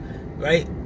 right